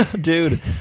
Dude